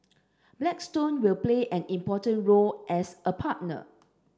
Blackstone will play an important role as a partner